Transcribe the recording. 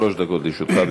שלוש דקות לרשותך.